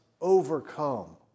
overcome